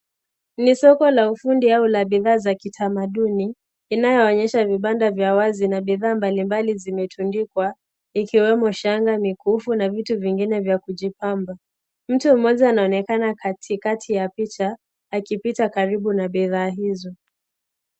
Ni soko la ufundi au la bidhaa za kitamaduni linaloonyesha vibanda vya wazi na bidhaa malimbali zimetundikwa ikiwemo shanga mikufu na vitu vingine vya kujipamba mtu mmoja anaonekana katikati ya picha akipita karibu na bidhaa hizi.